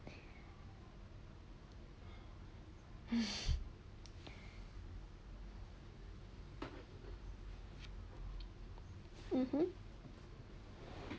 mmhmm